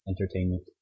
entertainment